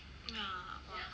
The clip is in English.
ya